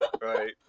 right